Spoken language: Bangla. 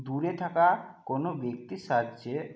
দূরে থাকা কোনো ব্যক্তির সাহায্যে